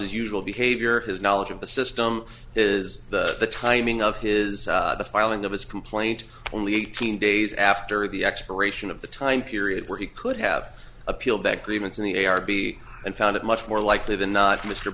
s usual behavior his knowledge of the system is the timing of his filing of his complaint only eighteen days after the expiration of the time period where he could have appealed that grievance in the a a r p and found it much more likely than not mr